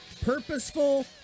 purposeful